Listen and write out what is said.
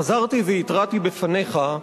חזרתי והתרעתי בפניך,